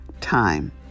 time